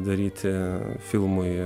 daryti filmui